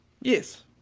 Yes